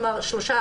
כלומר 3%,